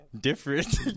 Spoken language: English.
Different